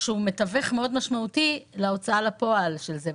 שהוא מתווך מאוד משמעותי להוצאה לפועל של זה.